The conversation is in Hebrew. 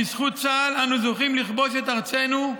בזכות צה"ל אנו זוכים לכבוש את ארצנו,